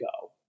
go